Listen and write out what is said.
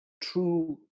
true